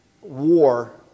war